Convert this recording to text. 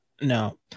no